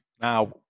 Now